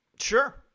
Sure